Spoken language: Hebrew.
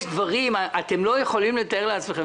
אתם לא יכולים לתאר לעצמכם,